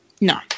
No